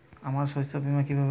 আমার শস্য বীমা কিভাবে হবে?